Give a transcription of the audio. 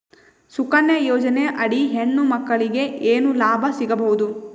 ಸುಕನ್ಯಾ ಯೋಜನೆ ಅಡಿ ಹೆಣ್ಣು ಮಕ್ಕಳಿಗೆ ಏನ ಲಾಭ ಸಿಗಬಹುದು?